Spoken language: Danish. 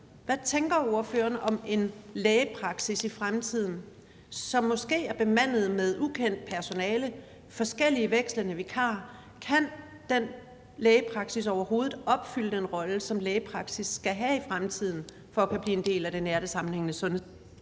hvad ordføreren tænker om en lægepraksis i fremtiden, som måske er bemandet med ukendt personale, forskellige vekslende vikarer. Kan den lægepraksis overhovedet opfylde den rolle, som lægepraksis skal have i fremtiden for at kunne blive en del af det nære og det